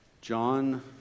John